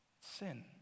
Sin